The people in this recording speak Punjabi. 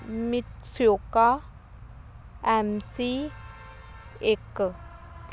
ਮਿਤਸਿਓਕਾ ਐੱਮ ਸੀ ਇੱਕ